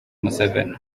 museveni